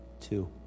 Two